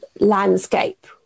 landscape